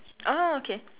oh okay